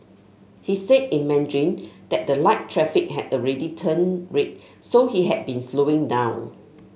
he said in Mandarin that the light traffic had already turned red so he had been slowing down